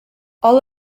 all